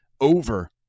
over